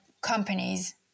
companies